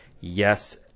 Yes